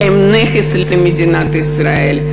הם נכס למדינת ישראל.